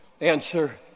Answer